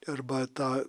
arba tą